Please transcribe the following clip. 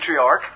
matriarch